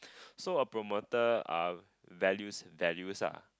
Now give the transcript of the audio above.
so a promoter uh values values ah